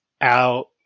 out